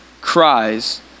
cries